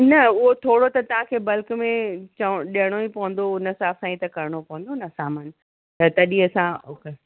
न उहो थोरो त तव्हांखे बल्क में चव ॾियणो ई पवंदो हुन हिसाब सां ई त करिणो पवंदो न सामान त तॾहिं असां